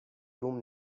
روم